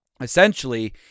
essentially